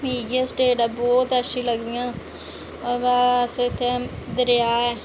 मिगी एह् स्टेट बहुत गै अच्छियां लगदियां बाऽ अस इत्थै दरेआ ऐ